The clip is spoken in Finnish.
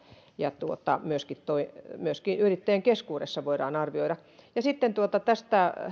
ja myöskin yrittäjien keskuudessa voidaan arvioida sitten tästä